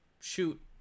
shoot